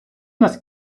нас